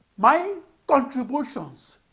my contributions